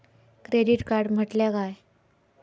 Credit card म्हटल्या काय?